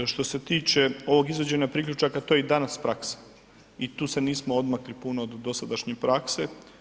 Što se tiče ovog izvođenja priključaka to je i danas praksa i tu se nismo odmakli puno od dosadašnje prakse.